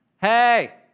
hey